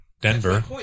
Denver